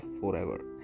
forever